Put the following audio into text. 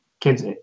Kids